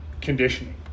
conditioning